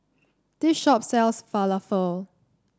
this shop sells Falafel